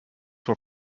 were